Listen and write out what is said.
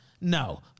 no